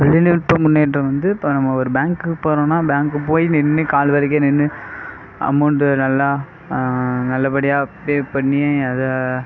தொழில்நுட்பம் முன்னேற்றம் வந்து இப்போ நம்ம ஒரு பேங்குக்கு போகிறோனா பேங்க்கு போய் நின்று கால் வலிக்க நின்று அமௌண்டு நல்லா நல்ல படியாக பே பண்ணி அதை